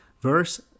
Verse